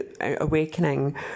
awakening